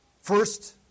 First